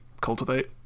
Cultivate